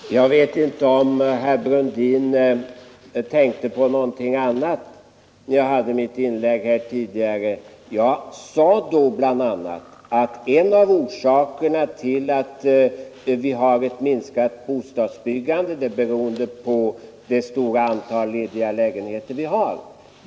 Fru talman! Jag vet inte om herr Brundin tänkte på någonting annat när jag gjorde mitt inlägg tidigare. Jag sade då bl.a. att en av orsakerna till att vi har ett minskat bostadsbyggande är det stora antalet lediga lägenheter.